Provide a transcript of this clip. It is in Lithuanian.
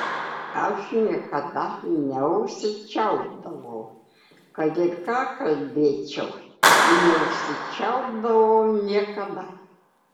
aš niekada neužsičiaupdavau kad ir ką kalbėčiau neužsičiaupdavau niekada